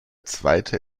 zweiter